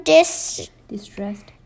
Distressed